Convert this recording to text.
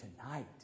tonight